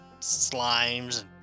slimes